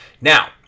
Now